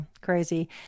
Crazy